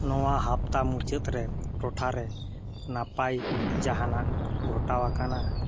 ᱱᱚᱣᱟ ᱦᱟᱯᱛᱟ ᱢᱩᱪᱟᱹᱫ ᱨᱮ ᱴᱚᱴᱷᱟ ᱨᱮ ᱱᱟᱯᱟᱭ ᱡᱟᱦᱟᱱᱟᱜ ᱜᱷᱚᱴᱟᱣ ᱟᱠᱟᱱᱟ